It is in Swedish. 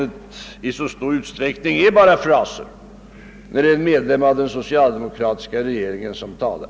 Det är ändå i stor utsträckning endast fraser, eftersom det är en medlem av den socialdemokratiska regeringen som talar.